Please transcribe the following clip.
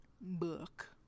book